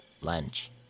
Lunch